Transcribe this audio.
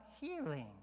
healing